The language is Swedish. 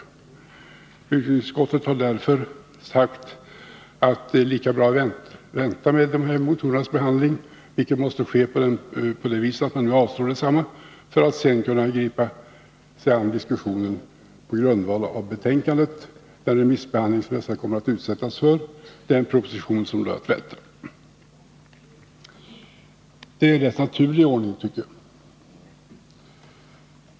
Inom utrikesutskottet har vi därför sagt att det är lika bra att vänta med behandlingen av dessa motioner, vilket måste ske på så sätt att riksdagen nu avslår desamma. Vi kan sedan gripa oss an diskussionen på grundval av krigsmaterielexportkommitténs betänkande, den remissbehandling som detta kommer att utsättas för och den proposition som vi har att vänta. Jag tycker att det är en rätt naturlig ordning.